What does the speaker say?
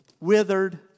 withered